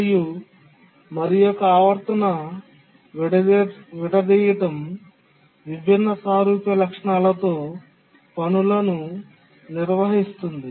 మరియు మరొక ఆవర్తన విడదీయడం విభిన్న సారూప్య లక్షణాలతో పనులను నిర్వహిస్తుంది